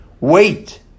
Wait